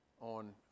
on